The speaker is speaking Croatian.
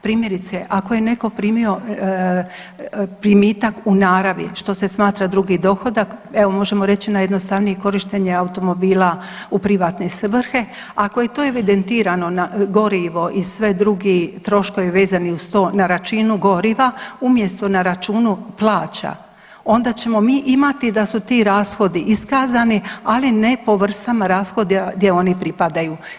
Primjerice, ako je neko primio primitak u naravi, što se smatra drugi dohodak evo možemo reći najjednostavnije korištenje automobila u privatne svrhe, ako je to evidentirano na gorivo i sve drugi troškovi vezani uz to na računu goriva u mjesto na računu plaća onda ćemo mi imati da su ti rashodi iskazani, ali ne po vrstama rashoda gdje oni pripadaju.